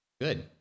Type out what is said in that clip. Good